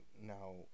now